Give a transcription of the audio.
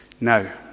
Now